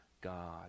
God